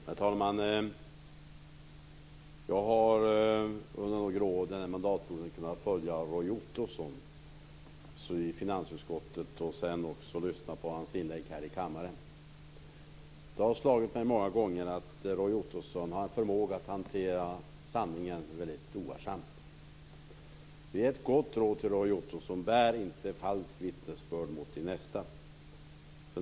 Herr talman! Jag har under några år den här mandatperioden kunnat följa Roy Ottosson i finansutskottet och också genom att lyssna på hans inlägg här i kammaren. Det har många gånger slagit mig att Roy Ottosson har en förmåga att hantera sanningen väldigt ovarsamt. Jag har ett gott råd till Roy Ottosson: Bär inte falsk vittnesbörd mot din nästa.